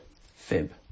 Fib